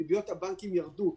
ריביות הבנקים ירדו.